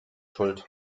schuld